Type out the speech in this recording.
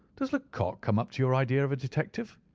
does lecoq come up to your idea of a detective?